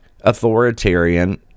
authoritarian